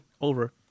Over